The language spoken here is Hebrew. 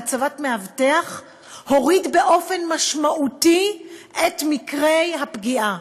הוריד באופן משמעותי את מקרי הפגיעה.